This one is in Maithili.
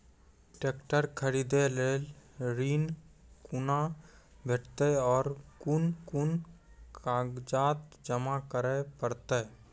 ट्रैक्टर खरीदै लेल ऋण कुना भेंटते और कुन कुन कागजात जमा करै परतै?